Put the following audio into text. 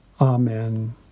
Amen